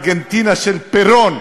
ראינו את זה בארגנטינה של פרון,